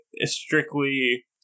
strictly